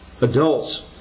adults